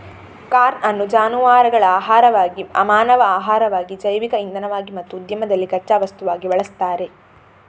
corn ಅನ್ನು ಜಾನುವಾರುಗಳ ಆಹಾರವಾಗಿ, ಮಾನವ ಆಹಾರವಾಗಿ, ಜೈವಿಕ ಇಂಧನವಾಗಿ ಮತ್ತು ಉದ್ಯಮದಲ್ಲಿ ಕಚ್ಚಾ ವಸ್ತುವಾಗಿ ಬಳಸ್ತಾರೆ